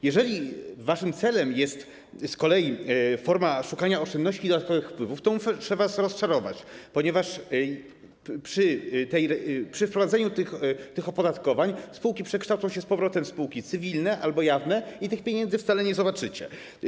Jeżeli waszym celem jest z kolei forma szukania oszczędności i dodatkowych wpływów, to muszę was rozczarować, ponieważ przy wprowadzeniu tych opodatkowań spółki przekształcą się z powrotem w spółki cywilne albo jawne i tych pieniędzy wcale nie zobaczycie.